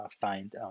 find